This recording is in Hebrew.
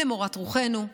למורת רוחנו,